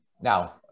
now